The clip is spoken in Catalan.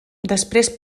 després